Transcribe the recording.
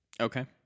okay